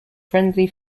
friendly